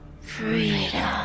Freedom